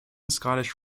scottish